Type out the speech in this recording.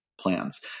plans